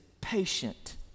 patient